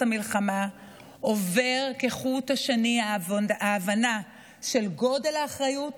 המלחמה עוברות כחוט השני ההבנה של גודל האחריות